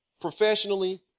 professionally